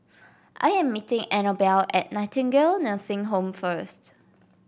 I am meeting Anabelle at Nightingale Nursing Home first